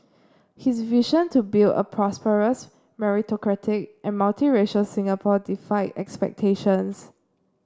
his vision to build a prosperous meritocratic and multiracial Singapore defied expectations